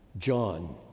John